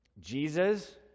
Jesus